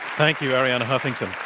thank you, arianna huffington.